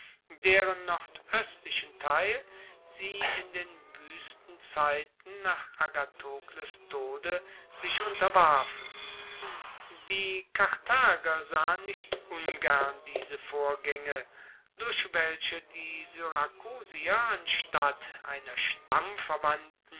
deren nordoestlichen teil sie in den wuesten zeiten nach agathokles tode sich unterwarfen die karthager sahen nicht ungern diese vorgaenge durch welche die syrakusier anstatt einer